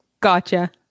Gotcha